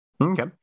Okay